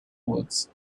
woods